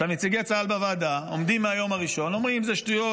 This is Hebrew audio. נציגי צה"ל בוועדה עומדים מהיום הראשון ואומרים: זה שטויות,